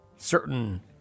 certain